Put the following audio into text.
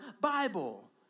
Bible